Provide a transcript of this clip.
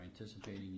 anticipating